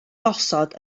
gosod